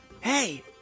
Hey